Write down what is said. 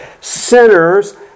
Sinners